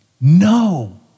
No